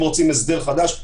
אם רוצים הסדר חדש,